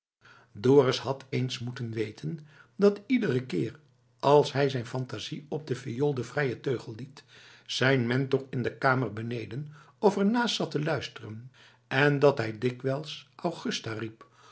dorus had eens moeten weten dat iederen keer als hij zijn phantasie op de viool den vrijen teugel liet zijn mentor in de kamer beneden of er naast zat te luisteren en dat hij dikwijls augusta riep